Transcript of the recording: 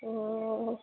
ओहो